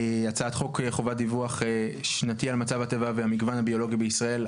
הצעת חוק חובת דיווח שנתי על מצב הטבע והמגוון הביולוגי בישראל,